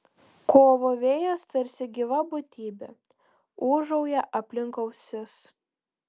kovo vėjas tarsi gyva būtybė ūžauja aplink ausis